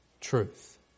truth